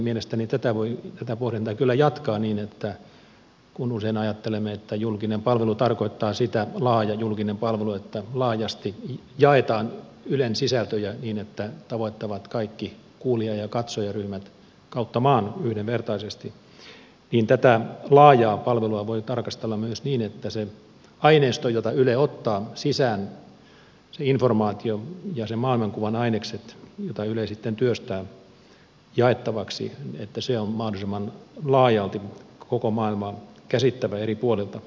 mielestäni tätä pohdintaa voi kyllä jatkaa niin että kun usein ajattelemme että laaja julkinen palvelu tarkoittaa sitä että laajasti jaetaan ylen sisältöjä niin että ne tavoittavat kaikki kuulija ja katsojaryhmät kautta maan yhdenvertaisesti niin tätä laajaa palvelua voi tarkastella myös niin että se aineisto jota yle ottaa sisään se informaatio ja sen maailmankuvan ainekset joita yle sitten työstää jaettavaksi on mahdollisimman laajalti koko maailmaa käsittävä eri puolilta